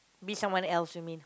be someone else you mean